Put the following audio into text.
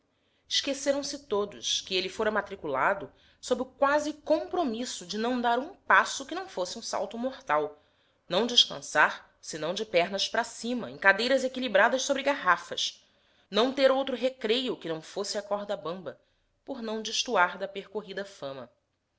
esqueceram todos que ele fora matriculado sob o quase compromisso de não dar um passo que não fosse um saltomortal não descansar senão de pernas para cima em cadeiras equilibradas sobre garrafas não ter outro recreio que não fosse a corda bamba por não destoar da percorrida fama